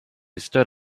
stood